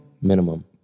Minimum